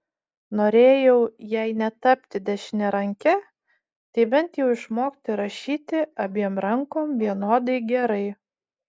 norėjau jei ne tapti dešiniaranke tai bent jau išmokti rašyti abiem rankom vienodai gerai